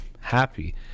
happy